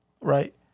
Right